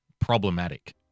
problematic